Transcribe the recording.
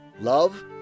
love